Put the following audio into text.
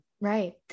Right